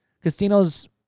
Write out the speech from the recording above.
casinos